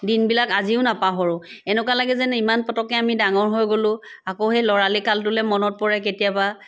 দিনবিলাক আজিও নাপাহৰো এনেকুৱা লাগে যেন ইমান পতককৈ আমি ডাঙৰ হৈ গ'লো আকৌ সেই লৰালি কালটোলৈ মনত পৰে কেতিয়াবা